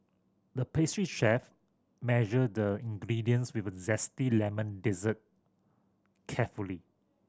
the pastry chef measured the ingredients with a zesty lemon dessert carefully